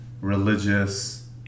religious